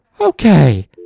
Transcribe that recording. Okay